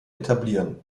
etablieren